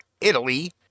Italy